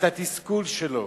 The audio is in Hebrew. את התסכול שלו.